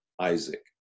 isaac